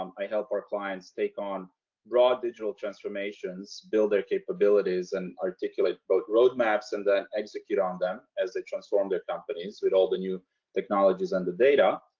um i help our clients take on broad digital transformations, build their capabilities and articulate both roadmaps and then execute on them as they transform their companies with all the new technologies and the data.